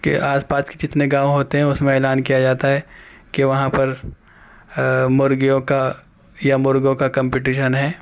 کہ آس پاس کے جتنے گاؤں ہوتے ہیں اس میں اعلان کیا جاتا ہے کہ وہاں پر مرغیوں کا یا مرغوں کا کمپیٹیشن ہے